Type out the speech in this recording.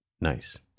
nice